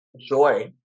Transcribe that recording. joy